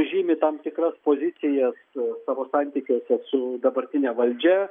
žymi tam tikras pozicijas savo santykiuose su dabartine valdžia